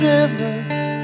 Rivers